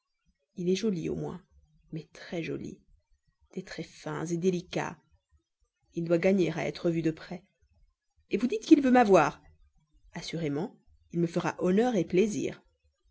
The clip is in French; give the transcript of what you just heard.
il est joli au moins mais très joli des traits fins délicats il doit gagner à être vu de près et vous dites qu'il veut m'avoir assurément il me fera honneur plaisir